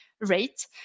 rate